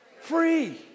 Free